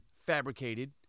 fabricated